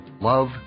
love